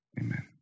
amen